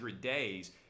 days